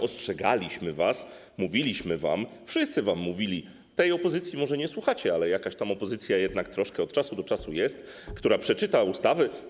Ostrzegaliśmy was, mówiliśmy wam, wszyscy wam mówili, tej opozycji może nie słuchacie, ale jakaś tam opozycja jednak troszkę od czasu do czasu jest, która przeczyta ustawy.